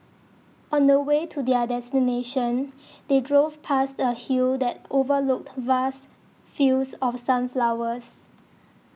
on the way to their destination they drove past a hill that overlooked vast fields of sunflowers